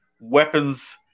weapons